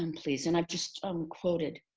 um please. and i've just um quoted.